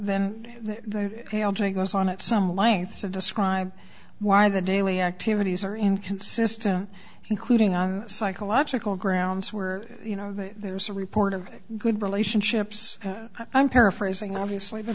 then he goes on at some length to describe why the daily activities are inconsistent including our psychological grounds where you know there's a report of good relationships i'm paraphrasing obviously